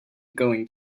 going